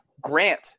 Grant